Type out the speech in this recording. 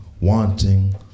wanting